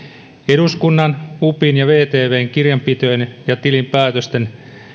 eduskunnan upin ja vtvn kirjanpitojen ja tilinpäätösten